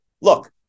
look